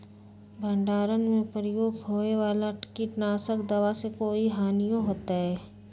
भंडारण में प्रयोग होए वाला किट नाशक दवा से कोई हानियों होतै?